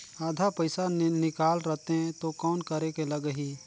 आधा पइसा ला निकाल रतें तो कौन करेके लगही?